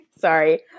sorry